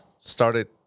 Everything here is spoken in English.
started